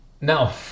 no